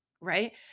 right